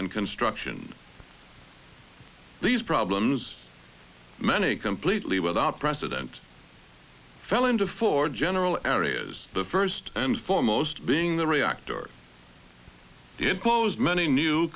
and construction these problems many completely without precedent fell into four general areas the first and foremost being the reactor to impose many new